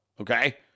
okay